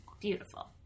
beautiful